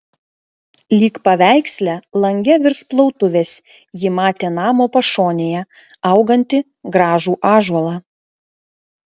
lyg paveiksle lange virš plautuvės ji matė namo pašonėje augantį gražų ąžuolą